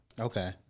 Okay